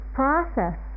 process